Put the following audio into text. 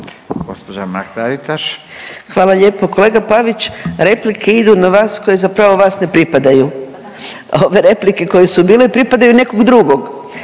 Hvala lijepo. Kolega Pavić, replike idu na vas koje zapravo vas ne pripadaju, ove replike koje su bile pripadaju nekog drugog.